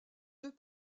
deux